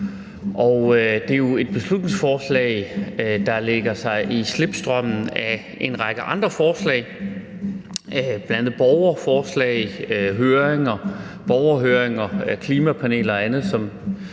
det er jo et beslutningsforslag, der lægger sig i slipstrømmen af en række andre forslag, bl.a. borgerforslag, borgerhøringer, klimapanel og andet,